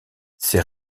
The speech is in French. ces